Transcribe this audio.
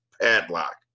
padlock